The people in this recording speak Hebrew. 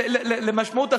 למשמעות אחרת,